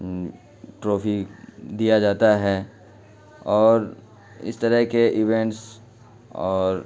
trophy دیا جاتا ہے اور اس طرح کے ایوینٹس اور